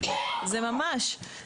זה ממש.